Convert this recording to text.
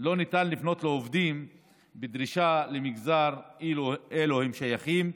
לא ניתן לפנות לעובדים בדרישה למגזר שאליו הם שייכים.